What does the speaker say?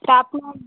তা আপনার